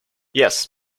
yes